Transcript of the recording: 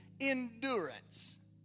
endurance